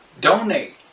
donate